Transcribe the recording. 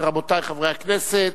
רבותי חברי הכנסת,